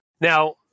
Now